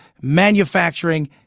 manufacturing